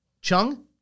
Chung